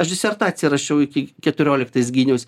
aš disertaciją rašiau iki keturioliktais gyniaus